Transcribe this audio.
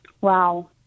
Wow